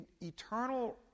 eternal